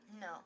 No